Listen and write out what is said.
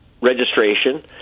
registration